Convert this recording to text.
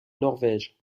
norvège